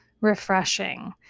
refreshing